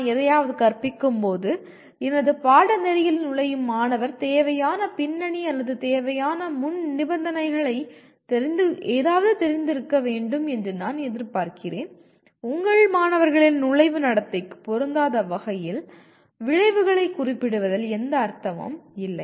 நான் எதையாவது கற்பிக்கும்போது எனது பாடநெறியில் நுழையும் மாணவர் தேவையான பின்னணி அல்லது தேவையான முன்நிபந்தனைகள் ஏதாவது தெரிந்து இருக்க வேண்டும் என்று நான் எதிர்பார்க்கிறேன் உங்கள் மாணவர்களின் நுழைவு நடத்தைக்கு பொருந்தாத வகையில் விளைவுகளை குறிப்பிடுவதில் எந்த அர்த்தமும் இல்லை